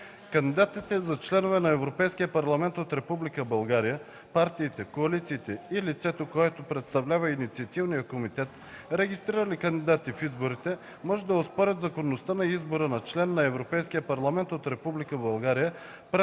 Кандидатите за членове на Европейския парламент от Република България, партиите, коалициите и лицето, което представлява инициативния комитет, регистрирали кандидати в изборите, може да оспорят законността на избора на член на Европейския парламент от